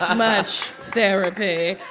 ah much therapy.